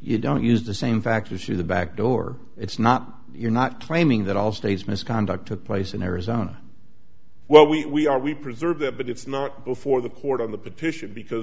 you don't use the same facts you see the back door it's not you're not claiming that all states misconduct took place in arizona well we are we preserve that but it's not before the court on the petition because